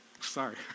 sorry